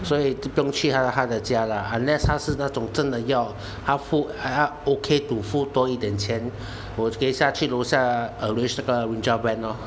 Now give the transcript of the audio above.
所以就不用去到他的家啦 unless 他是是那种真的要他付他 okay to 付多一点钱我可以下去楼下 arrange 那个 Ninja van lor